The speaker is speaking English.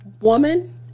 woman